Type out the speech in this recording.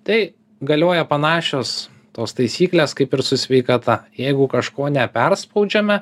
tai galioja panašios tos taisyklės kaip ir su sveikata jeigu kažko neperspaudžiame